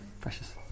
precious